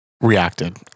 reacted